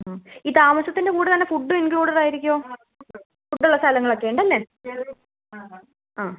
ആ ഈ താമസത്തിൻ്റെ കൂടെ തന്നെ ഫുഡും ഇൻക്ലൂഡഡ് ആയിരിക്കുമോ ഫുഡ് ഉള്ള സ്ഥലങ്ങളൊക്കെ ഉണ്ടല്ലേ ആ